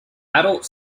adult